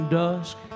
dusk